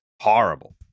horrible